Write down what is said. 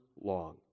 long